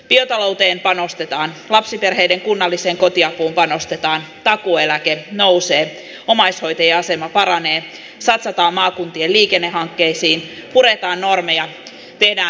biotalouteen panostetaan lapsiperheiden kunnalliseen kotiapuun panostetaan takuueläke nousee omaishoitajien asema paranee satsataan maakuntien liikennehankkeisiin puretaan normeja tehdään yrittäjävähennys